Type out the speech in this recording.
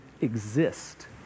exist